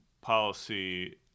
policy